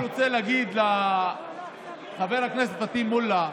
אני רוצה להגיד לחבר הכנסת פטין מולא: